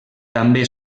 també